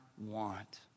want